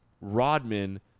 Rodman